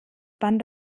bahn